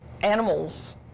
Animals